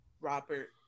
Robert